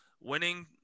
winning